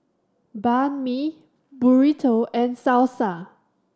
Banh Mi Burrito and Salsa